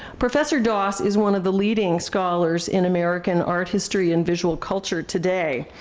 professor doss is one of the leading scholars in american art history and visual culture today,